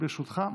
לרשותך,